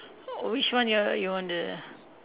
oh which one you want you want the